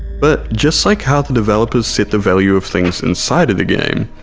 but just like how the developers set the value of things inside of the game,